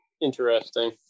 interesting